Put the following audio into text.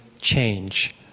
change